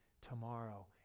tomorrow